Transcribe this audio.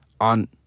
on